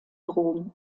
rom